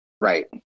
Right